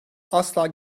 asla